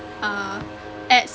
uh at